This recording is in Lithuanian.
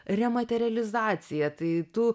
rematerializacija tai tu